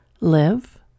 live